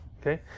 Okay